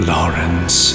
Lawrence